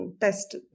test